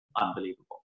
Unbelievable